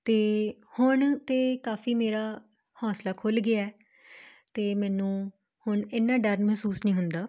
ਅਤੇ ਹੁਣ ਤਾਂ ਕਾਫ਼ੀ ਮੇਰਾ ਹੌਂਸਲਾ ਖੁੱਲ੍ਹ ਗਿਆ ਹੈ ਅਤੇ ਮੈਨੂੰ ਹੁਣ ਇੰਨਾ ਡਰ ਮਹਿਸੂਸ ਨਹੀਂ ਹੁੰਦਾ